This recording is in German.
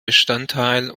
bestandteil